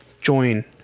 join